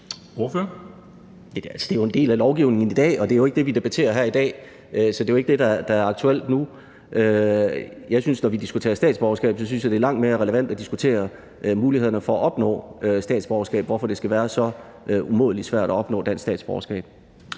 det er jo en del af lovgivningen i dag, og det er jo ikke det, vi debatterer her i dag. Så det er jo ikke det, der er aktuelt nu. Jeg synes, at når vi diskuterer statsborgerskab, er det langt mere relevant at diskutere mulighederne for at opnå statsborgerskab – hvorfor det skal være så umådelig svært at opnå dansk statsborgerskab.